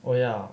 oh ya